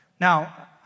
Now